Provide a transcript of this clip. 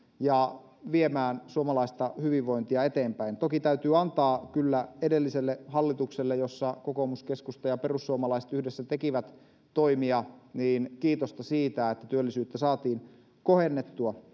ja viemään suomalaista hyvinvointia eteenpäin toki täytyy antaa kyllä edelliselle hallitukselle jossa kokoomus keskusta ja perussuomalaiset yhdessä tekivät toimia kiitosta siitä että työllisyyttä saatiin kohennettua